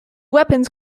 weapons